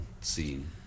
scene